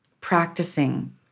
practicing